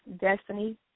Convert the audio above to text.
destiny